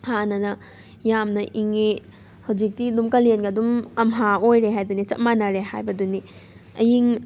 ꯍꯥꯟꯅꯅ ꯌꯥꯝꯅ ꯏꯉꯦ ꯍꯧꯖꯤꯛꯇꯤ ꯑꯗꯨꯝ ꯀꯥꯂꯦꯟꯒ ꯑꯗꯨꯝ ꯑꯝꯍꯥ ꯑꯣꯏꯔꯦ ꯍꯥꯏꯗꯨꯅꯤ ꯆꯞ ꯃꯥꯅꯔꯦ ꯍꯥꯏꯕꯗꯨꯅꯤ ꯑꯌꯤꯡ